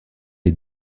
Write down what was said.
est